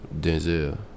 Denzel